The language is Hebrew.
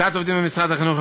קליטת עובדים במשרד החינוך,